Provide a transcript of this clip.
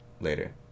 later